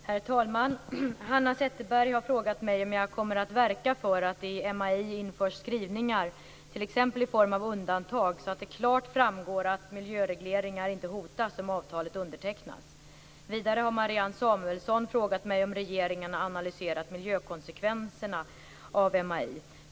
Herr talman! Hanna Zetterberg har frågat mig om jag kommer att verka för att det i MAI införs skrivningar t.ex. i form av undantag så att det klart framgår att miljöregleringar inte hotas om avtalet undertecknas. Vidare har Marianne Samuelsson frågat mig om regeringen har analyserat miljökonsekvenserna av MAI.